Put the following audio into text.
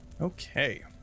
Okay